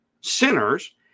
sinners